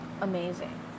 amazing